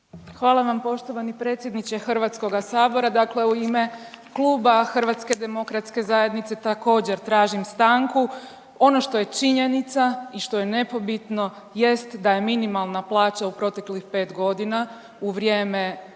Hvala vam poštovani predsjedniče HS, dakle u ime Kluba HDZ-a također tražim stanku. Ono što je činjenica i što je nepobitno jest da je minimalna plaća u proteklih 5.g. u vrijeme